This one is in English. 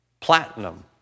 platinum